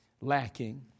lacking